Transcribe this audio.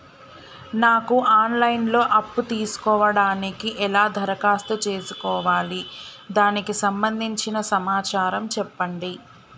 నాకు online లో అప్పు తీసుకోవడానికి ఎలా దరఖాస్తు చేసుకోవాలి దానికి సంబంధించిన సమాచారం చెప్పండి?